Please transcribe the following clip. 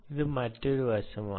ഇത് മറ്റൊരു വശമാണ്